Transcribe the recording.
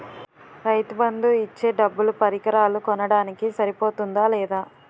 రైతు బందు ఇచ్చే డబ్బులు పరికరాలు కొనడానికి సరిపోతుందా లేదా?